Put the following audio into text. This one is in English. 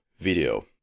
video